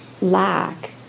lack